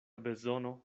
bezono